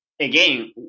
Again